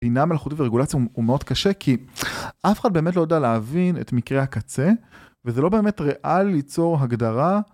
בינה מלאכותית ורגולציה הוא מאוד קשה, כי אף אחד באמת לא יודע להבין את מקרי הקצה וזה לא באמת ריאלי ליצור הגדרה